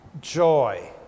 Joy